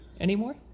anymore